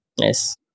Yes